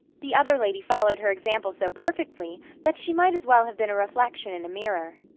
the other lady followed her example so perfectly that she might as well have been a reflection in a mirror.